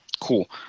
cool